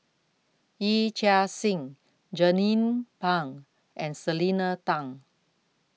Yee Chia Hsing Jernnine Pang and Selena Tan